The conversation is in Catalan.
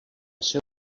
ser